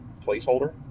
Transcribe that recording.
placeholder